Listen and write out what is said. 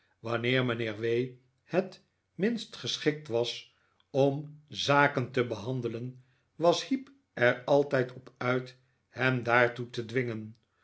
wanneer mijnheer w het minst geschikt was om zaken te behandelen was heep er altijd op uit hem daartoe te dwingen